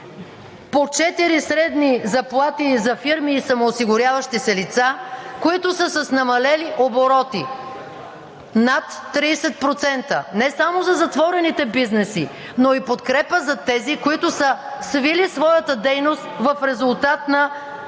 средни заплати за фирми и самоосигуряващи се лица, които са с намалели обороти над 30% – не само за затворените бизнеси, но и подкрепа за тези, които са свили своята дейност в резултат на